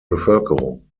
bevölkerung